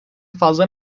fazla